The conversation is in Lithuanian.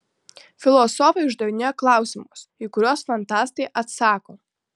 filosofai uždavinėja klausimus į kuriuos fantastai atsako